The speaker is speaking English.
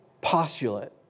postulate